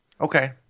Okay